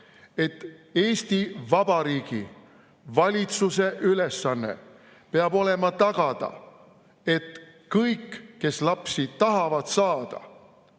et Eesti Vabariigi valitsuse ülesanne peab olema tagada, et kõik, kes lapsi tahavad saada,